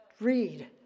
Read